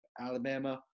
Alabama